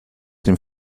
dem